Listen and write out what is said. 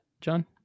John